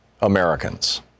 Americans